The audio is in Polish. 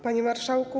Panie Marszałku!